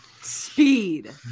Speed